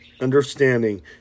understanding